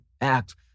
Act